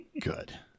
good